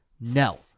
No